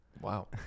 Wow